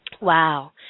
wow